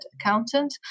accountant